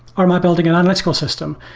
um i building an analytical system?